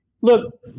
Look